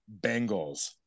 Bengals